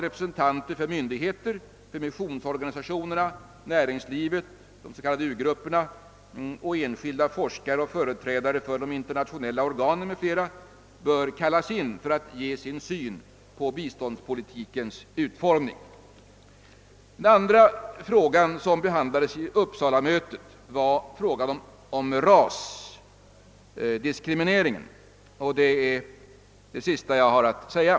Representanter för myndigheter, missionen, näringslivet och de s.k. u-grupperna samt enskilda forskare och företrädare för de internationella organen m.fl. bör inkallas för att ge sin syn på biståndspolitikens utformning. Den andra frågan som behandlades vid Uppsalamötet var rasdiskrimineringen, och det är det sista ämne som jag här skall beröra.